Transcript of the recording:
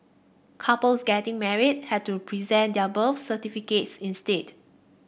couples getting married had to present their birth certificates instead